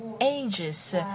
ages